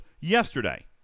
yesterday